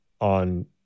on